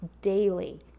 daily